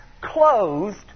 closed